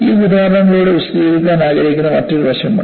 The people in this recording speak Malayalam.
ഈ ഉദാഹരണത്തിലൂടെ വിശദീകരിക്കാൻ ആഗ്രഹിക്കുന്ന മറ്റൊരു വശമുണ്ട്